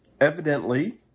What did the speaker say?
evidently